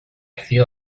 feel